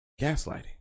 Gaslighting